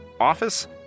office